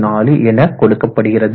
4 என கொடுக்கப்படுகிறது